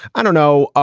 i don't know, ah